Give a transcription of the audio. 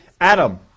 Adam